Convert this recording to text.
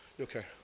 Okay